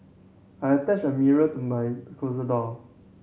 I attached a mirror to my closet door